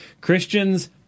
Christians